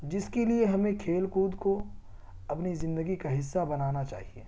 جس کے لیے ہمیں کھیل کود کو اپنی زندگی کا حصہ بنانا چاہیے